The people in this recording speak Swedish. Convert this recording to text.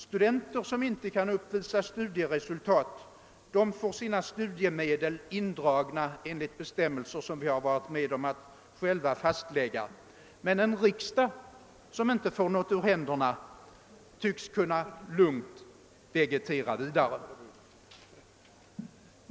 Studenter som inte kan uppvisa studieresultat får sina studiemedel indragna enligt bestämmelser som vi själva varit med om att fastställa. Men en riksdag, som inte får något ur händerna, tycks kunna lugnt vegetera vidare.